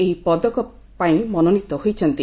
ଏହି ପଦକ ପାଇଁ ମନୋନୀତ ହୋଇଛନ୍ତି